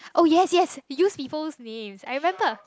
oh yes yes use people's names I remember